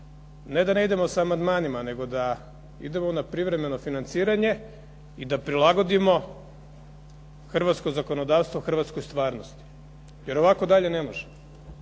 ne da ne idemo sa amandmanima, nego da idemo na privremeno financiranje i da prilagodimo hrvatsko zakonodavstvo hrvatskoj stvarnosti, jer ovako više ne može.